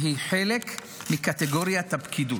שהיא חלק מקטגוריית הפקידות.